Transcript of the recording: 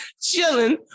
chilling